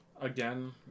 Again